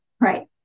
right